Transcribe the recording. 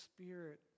Spirit